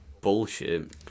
bullshit